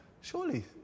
surely